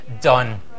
done